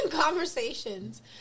conversations